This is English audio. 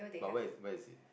but where's where is it